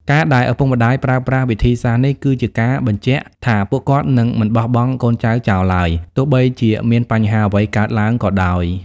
ការដែលឪពុកម្ដាយប្រើប្រាស់វិធីសាស្រ្តនេះ គឺជាការបញ្ជាក់ថាពួកគាត់នឹងមិនបោះបង់កូនចៅចោលឡើយ ទោះបីជាមានបញ្ហាអ្វីកើតឡើងក៏ដោយ។